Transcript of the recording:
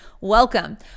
welcome